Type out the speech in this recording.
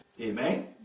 Amen